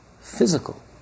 physical